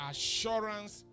Assurance